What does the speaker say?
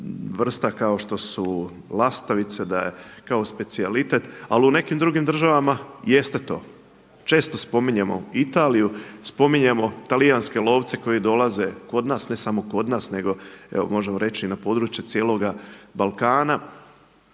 vrsta kao što su lastavice da je kao specijalitet ali u nekim drugim državama jeste to. Često spominjemo Italiju, spominjemo talijanske lovce koji dolaze kod nas, ne samo kod nas nego evo možemo reći i na područje cijeloga Balkana.